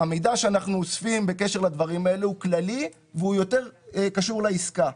המידע שאנחנו אוספים בקשר לדברים האלה הוא כללי והוא יותר קשור לעסקה.